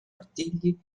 artigli